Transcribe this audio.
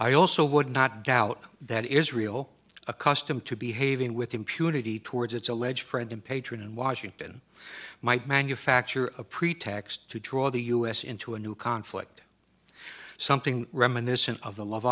i also would not doubt that israel accustomed to behaving with impunity towards its alleged friend and patron in washington might manufacture a pretext to draw the us into a new conflict something reminiscent of the love